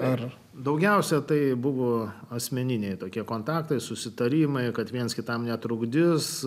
ar daugiausiai tai buvo asmeniniai tokie kontaktai susitarimai kad viens kitam netrukdys